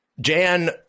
jan